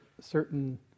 certain